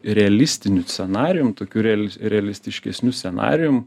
realistiniu scenarijum tokiu realis realistiškesniu scenarijumi